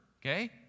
okay